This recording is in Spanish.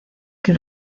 que